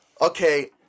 okay